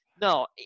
No